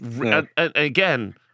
Again